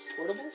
Portables